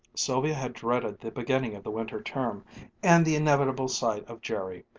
sylvia had dreaded the beginning of the winter term and the inevitable sight of jerry,